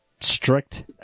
strict